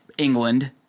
England